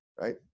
right